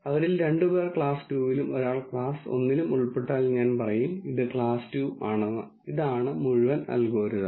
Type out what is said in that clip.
അവരിൽ രണ്ട് പേർ ക്ലാസ് 2 ലും ഒരാൾ ക്ലാസ് 1 ലും ഉൾപ്പെട്ടാൽ ഞാൻ പറയും ഇത് ക്ലാസ് 2 ആണെന്ന് അതാണ് മുഴുവൻ അൽഗോരിതം